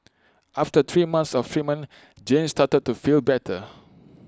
after three months of treatment Jane started to feel better